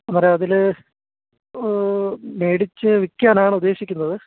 എന്താ പറയുക അതിൽ മേടിച്ച് വിൽക്കാനാണ് ഉദ്ദേശിക്കുന്നത്